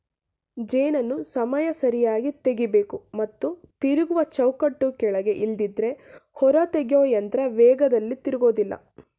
ಜೇನನ್ನು ಸಮಯ ಸರಿಯಾಗಿ ತೆಗಿಬೇಕು ಮತ್ತು ತಿರುಗುವ ಚೌಕಟ್ಟು ಕೆಳಗೆ ಇಲ್ದಿದ್ರೆ ಹೊರತೆಗೆಯೊಯಂತ್ರ ವೇಗದಲ್ಲಿ ತಿರುಗೋದಿಲ್ಲ